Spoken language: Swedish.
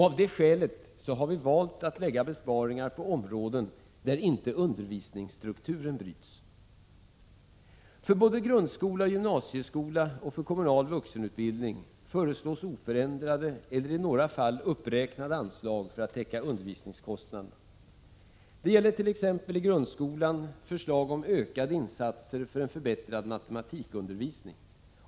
Av det skälet har vi valt att lägga besparingar på områden där inte undervisningsstrukturen bryts. För såväl grundskola och gymnasieskola som för kommunal vuxenutbildning föreslås oförändrade och i några fall uppräknade anslag för att täcka undervisningskostnaderna. Det gäller t.ex. i grundskolan förslag om ökade insatser för en förbättrad matematikundervisning.